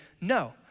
no